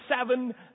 seven